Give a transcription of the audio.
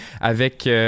avec